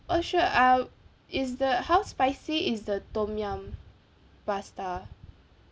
oh sure uh is the how spicy is the tom yum pasta